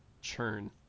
churn